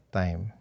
time